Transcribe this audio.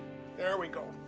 there we go.